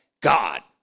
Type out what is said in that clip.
God